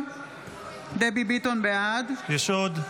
(קוראת בשם חברת הכנסת) דבי ביטון בעד יש עוד?